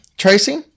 Tracy